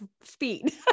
speed